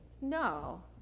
No